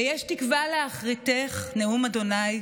ויש תקוה לאחריתך נְאֻם ה',